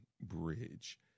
bridge